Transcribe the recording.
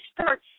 start